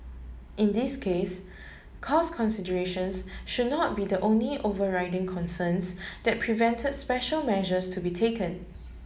in this case cost considerations should not be the only overriding concerns that prevent special measures to be taken